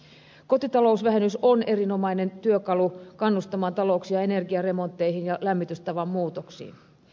kotitalousvähennys on erinomainen työkalu kannustamaan talouksia energiaremontteihin ja lämmitystavan muutoksiin